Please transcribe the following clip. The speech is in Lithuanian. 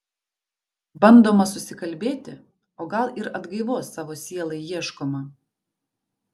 bandoma susikalbėti o gal ir atgaivos savo sielai ieškoma